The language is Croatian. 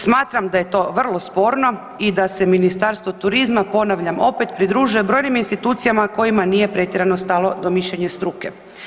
Smatram da je to vrlo sporno i da se Ministarstvo turizma, ponavljam opet, pridružuje brojnim institucijama kojima nije pretjerano stalo do mišljenja struke.